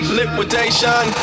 Liquidation